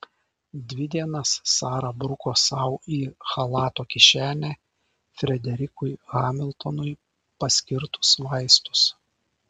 dvi dienas sara bruko sau į chalato kišenę frederikui hamiltonui paskirtus vaistus